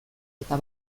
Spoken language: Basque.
eta